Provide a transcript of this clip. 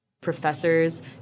Professors